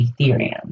Ethereum